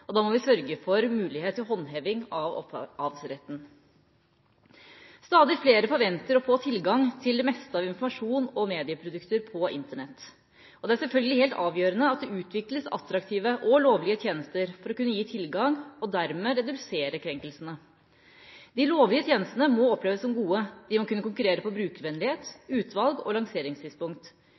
og da må vi sørge for mulighet til håndheving av opphavsretten. Stadig flere forventer å få tilgang til det meste av informasjon og medieprodukter på Internett. Og det er selvfølgelig helt avgjørende at det utvikles attraktive og lovlige tjenester for å kunne gi tilgang til, og dermed redusere, krenkelsene. De lovlige tjenestene må oppleves som gode. De må kunne konkurrere når det gjelder brukervennlighet, utvalg og lanseringstidspunkt.